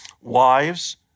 wives